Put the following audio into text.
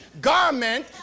garment